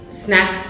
snack